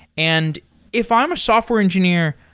and if i'm a software engineer,